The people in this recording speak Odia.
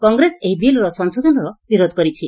କଂଗ୍ରେସ ଏହି ବିଲ୍ର ସଂଶୋଧନର ବିରୋଧ କରିଛି